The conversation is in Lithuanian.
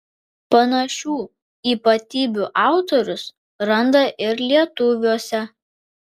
panašių ypatybių autorius randa ir lietuviuose